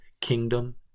kingdom